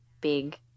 big